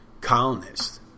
colonists